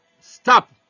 Stop